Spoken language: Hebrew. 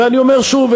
ואני אומר שוב,